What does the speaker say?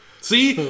see